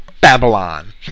Babylon